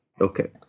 Okay